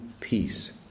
peace